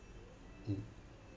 mm